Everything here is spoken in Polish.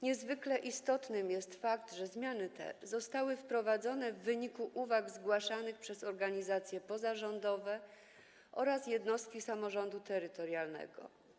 Niezwykle istotny jest fakt, że zmiany te zostały wprowadzone w wyniku uwag zgłaszanych przez organizacje pozarządowe oraz jednostki samorządu terytorialnego.